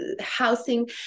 housing